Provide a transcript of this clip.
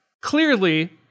Clearly